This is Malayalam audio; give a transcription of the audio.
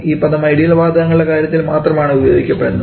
ഈ പദം ഐഡിയൽ വാതകങ്ങളുടെ കാര്യത്തിൽ മാത്രമാണ് ഉപയോഗിക്കപ്പെടുന്നത്